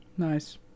nice